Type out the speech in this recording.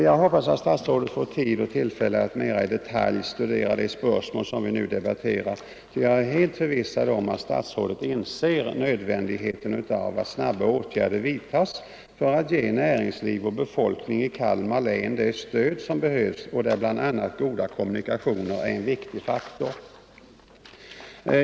Jag hoppas att statsrådet får tid och tillfälle att mera i detalj studera det spörsmål vi nu debatterar, ty då är jag förvissad om att statsrådet inser nödvändigheten av att snabba åtgärder vidtages för att ge näringsliv och befolkning i Kalmar län det stöd som behövs och där bl.a. goda kommunikationer är en viktig faktor.